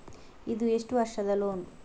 ಇದು ಎಷ್ಟು ವರ್ಷದ ಲೋನ್?